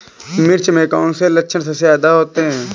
मिर्च में कौन से लक्षण सबसे ज्यादा होते हैं?